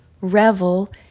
Revel